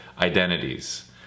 identities